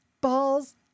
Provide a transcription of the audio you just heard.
balls